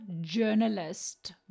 journalist